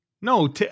No